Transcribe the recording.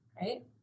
right